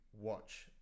watch